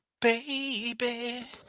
Baby